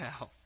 now